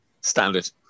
Standard